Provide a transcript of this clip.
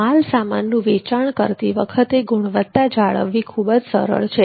માલસામાનનું વેચાણ કરતી વખતે ગુણવત્તા જાળવવી ખૂબ જ સરળ છે